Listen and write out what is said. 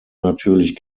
natürlich